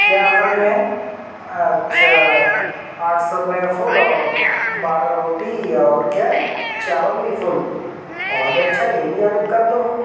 کیا آفر میں ہے اچھا آٹھ سو روپے میں فل اور بارہ روٹی اور کیا ہے چاول بھی فل بہت اچھا یہ بھی آپ ایک کر دو